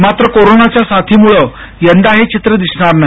मात्र कोरोनाच्या साथीमुळं यंदा हे चित्र दिसणार नाही